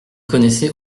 connaissait